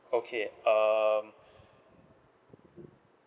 okay um